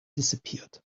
disappeared